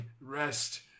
rest